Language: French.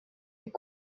est